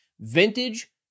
Vintage